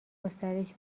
گسترش